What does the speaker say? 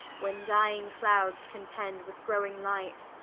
when dying clouds contend, with growing light,